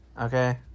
okay